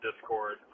discord